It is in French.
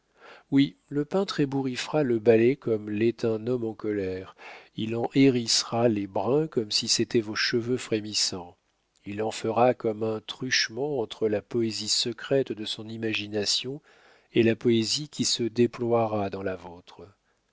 oui le peintre ébouriffera le balai comme l'est un homme en colère il en hérissera les brins comme si c'était vos cheveux frémissants il en fera comme un truchement entre la poésie secrète de son imagination et la poésie qui se déploiera dans la vôtre